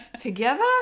together